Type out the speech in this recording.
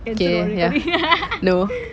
K ya no